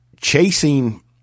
chasing